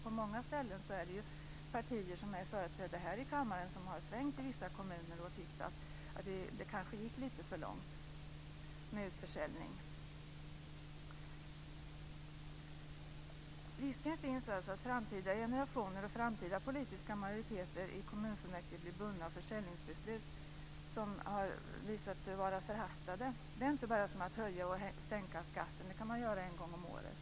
På många ställen har partier som är företrädda här i kammaren svängt i vissa kommuner och tyckt att det kanske gått lite för långt med utförsäljning. Risken finns alltså att framtida generationer och framtida politiska majoriteter i kommunfullmäktige blir bundna av försäljningsbeslut som har visat sig vara förhastade. Det är inte bara som att höja och sänka skatten - det kan man göra en gång om året.